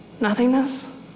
Nothingness